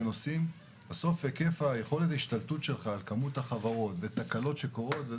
בסוף היקף יכולת ההשתלטות שלך על כמות החברות ותקלות שקורות,